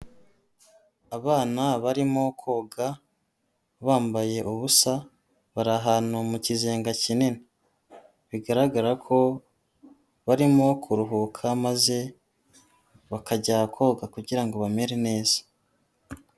Abana barimo koga bambaye ubusa, bari ahantu mu kizenga kinini, bigaragara ko barimo kuruhuka maze bakajya koga kugira ngo bamere neza.